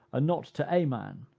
ah not to a man,